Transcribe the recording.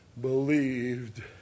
believed